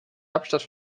hauptstadt